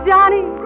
Johnny